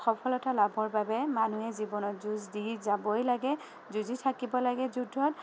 সফলতা লাভৰ বাবে মানুহে জীৱনত যুঁজ দি যাবই লাগে যুঁজি থাকিব লাগে যুদ্ধত